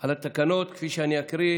על התקנות, כפי שאני אקרא.